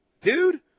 Dude